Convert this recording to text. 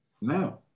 No